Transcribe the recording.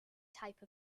type